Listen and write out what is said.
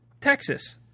Texas